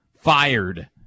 fired